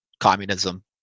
communism